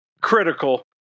critical